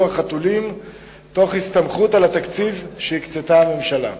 החתולים תוך הסתמכות על התקציב שהקצתה הממשלה.